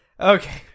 Okay